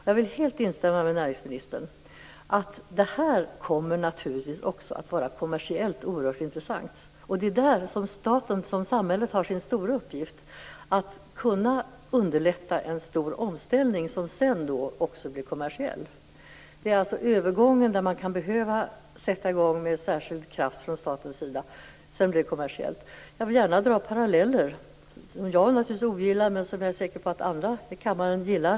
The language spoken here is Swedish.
Jag instämmer helt med näringsministern om att det här också kommersiellt kommer att vara oerhört intressant. Samhällets stora uppgift är just att underlätta en stor omställning så att det hela sedan blir kommersiellt. Det är alltså vid övergången som det kan behövas att man sätter i gång med särskild kraft från statens sida. Sedan blir det kommersiellt. Jag drar gärna paralleller här som jag ogillar men som jag är säker på att andra i denna kammare gillar.